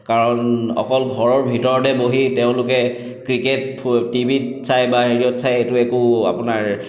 কাৰণ অকল ঘৰৰ ভিতৰতে বহি তেওঁলোকে ক্ৰিকেট ফু টিভিত চাই বা হেৰিয়ত চাই এইটো একো আপোনাৰ